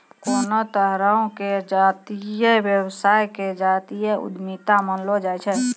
कोनो तरहो के जातीय व्यवसाय के जातीय उद्यमिता मानलो जाय छै